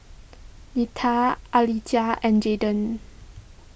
Letta Alijah and Jayden